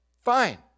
fine